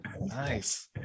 nice